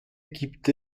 gibt